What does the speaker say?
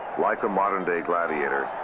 like a modern-day gladiator,